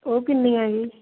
ਉਹ ਕਿੰਨੀਆਂ ਹੈ ਜੀ